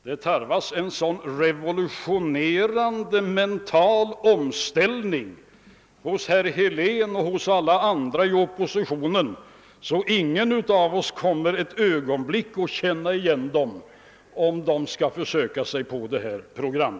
Det tarvas en så revolutionerande mental omställning hos herr Helén och alla andra i oppositionen att ingen av oss ett ögonblick kommer att känna igen dem, om de skall försöka sig på detta program.